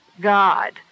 God